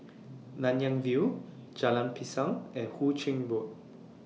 Nanyang View Jalan Pisang and Hu Ching Road